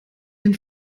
den